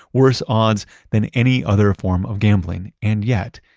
worse odds than any other form of gambling, and yet,